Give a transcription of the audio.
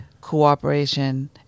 cooperation